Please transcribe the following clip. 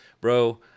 bro